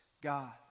God